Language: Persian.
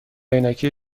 عینکی